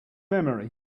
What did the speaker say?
memory